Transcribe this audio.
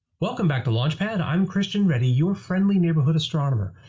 welcome back to launch pad, i'm christian ready, your friendly neighborhood astronomer,